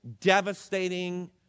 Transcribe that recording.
devastating